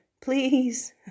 please